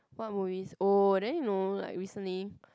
what movies oh then you know like recently